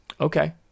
Okay